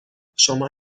شما